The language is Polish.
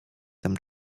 tam